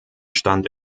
stand